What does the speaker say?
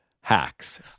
hacks